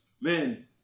Man